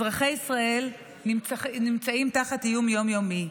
אזרחי ישראל נמצאים תחת איום יום-יומי.